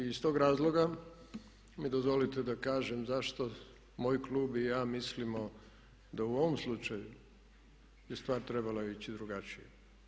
I iz tog razloga mi dozvolite da kažem zašto moj klub i ja mislimo da u ovom slučaju je stvar trebala ići drugačije.